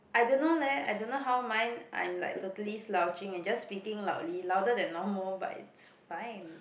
I don't know leh I don't know how mine I'm like totally slouching and just speaking loudly louder than normal but it's fine